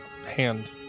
hand